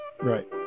Right